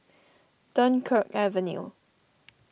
Dunkirk Avenue